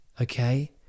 okay